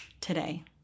today